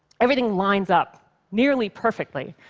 everything lines up nearly perfectly.